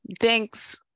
Thanks